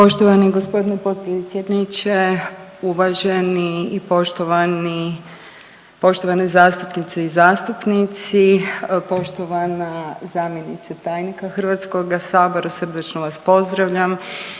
Poštovani g. potpredsjedniče, uvaženi i poštovani, poštovane zastupnice i zastupnici, poštovana zamjenice tajnika HS-a srdačno vas pozdravljam.